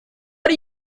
are